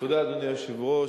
אדוני היושב-ראש,